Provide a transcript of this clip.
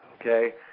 okay